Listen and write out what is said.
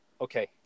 okay